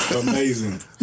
amazing